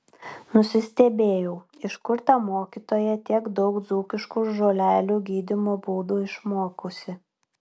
nusistebėjau iš kur ta mokytoja tiek daug dzūkiškų žolelių gydymo būdų išmokusi